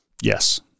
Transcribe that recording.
Yes